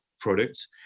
products